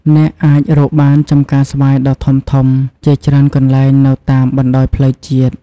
អ្នកអាចរកបានចម្ការស្វាយដ៏ធំៗជាច្រើនកន្លែងនៅតាមបណ្តោយផ្លូវជាតិ។